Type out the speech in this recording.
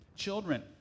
Children